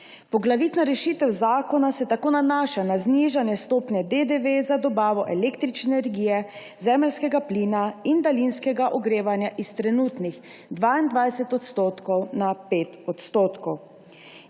Poglavitna rešitev zakona se tako nanaša na znižanje stopnje DDV za dobavo električne energije, zemeljskega plina in daljinskega ogrevanja s trenutnih 22 % na 5 %,